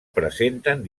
presenten